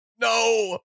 No